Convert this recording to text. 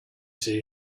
see